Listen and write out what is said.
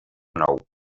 nou